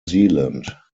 zealand